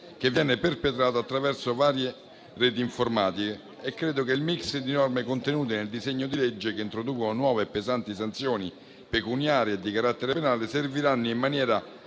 che viene perpetrato attraverso varie reti informatiche. Credo che il *mix* di norme contenute nel disegno di legge, che introducono nuove e pesanti sanzioni pecuniarie e di carattere penale, serviranno in maniera